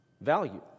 value